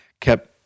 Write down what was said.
kept